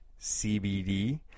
cbd